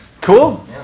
Cool